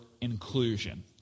inclusion